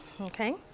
okay